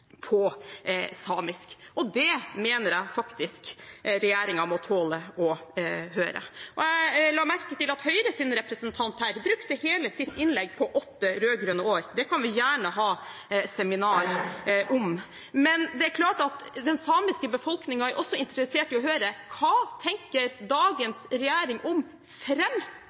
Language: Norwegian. på samisk, og det mener jeg faktisk regjeringen må tåle å høre. Jeg la merke til at Høyres representant her brukte hele sitt innlegg på åtte rød-grønne år – det kan vi gjerne ha seminar om – men det er klart at den samiske befolkningen også er interessert i å høre: Hva tenker dagens regjering om